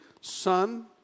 son